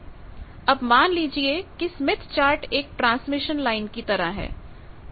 अब मान लीजिए कि स्मिथ चार्ट एक ट्रांसमिशन लाइन की तरह है